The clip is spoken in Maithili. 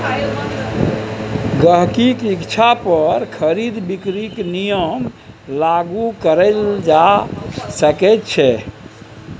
गहिंकीक इच्छा पर खरीद बिकरीक नियम लागू कएल जा सकैत छै